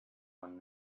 one